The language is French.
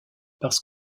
parce